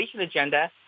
agenda